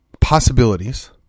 possibilities